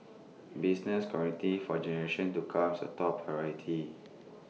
business continuity for generations to comes A top priority